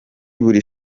buri